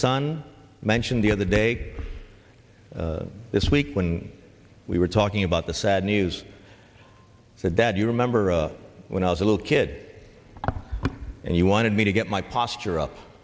son mentioned the other day this week when we were talking about the sad news said that you remember when i was a little kid and you wanted me to get my posture up